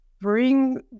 bring